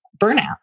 burnout